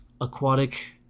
aquatic